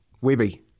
Webby